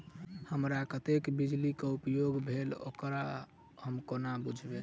हमरा कत्तेक बिजली कऽ उपयोग भेल ओकर हम कोना बुझबै?